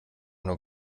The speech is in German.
nur